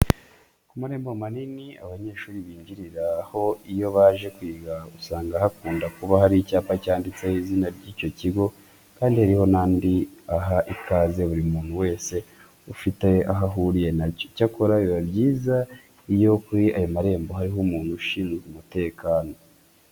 Ku marembo manini abanyeshuri binjiriraho iyo baje kwiga, usanga hakunda kuba hari icyapa cyanditseho izina ry'icyo kigo kandi hariho n'andi aha ikaze buri muntu wese ufite aho ahuriye na cyo. Icyakora biba byiza iyo kuri aya marembo hariho umuntu ushinzwe umutekano.